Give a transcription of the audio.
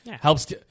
helps